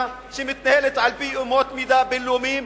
שמתנהלת על-פי אמות מידה בין-לאומיות,